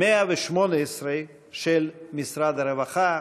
118 של משרד הרווחה.